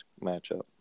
matchup